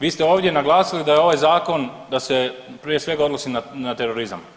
Vi ste ovdje naglasili da je ovaj zakon, da se prije svega odnosi na, na terorizam.